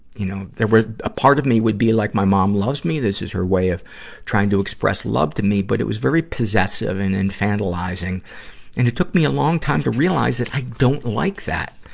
you know, there was. a part of me would be like my mon um loves me. this is her way of trying to express love to me. but it was very possessive and infantilizing. and it took me a long time to realize that i don't like that,